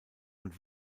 und